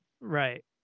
Right